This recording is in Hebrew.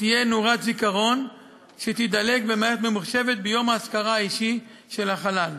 תהיה נורת זיכרון שתידלק במערכת ממוחשבת ביום האזכרה האישי של החלל.